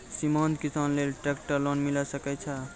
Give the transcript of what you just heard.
सीमांत किसान लेल ट्रेक्टर लोन मिलै सकय छै?